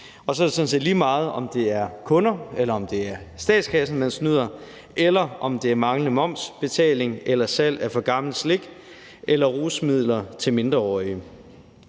Så er det sådan set lige meget, om det er kunder eller statskassen, man snyder, eller om det er manglende momsbetaling eller salg af for gammelt slik eller rusmidler til mindreårige.